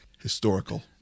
historical